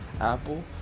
Apple